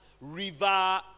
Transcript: river